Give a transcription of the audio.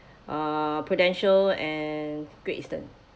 uh prudential and great eastern